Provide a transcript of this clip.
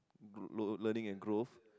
lear~ learning and growth